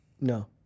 No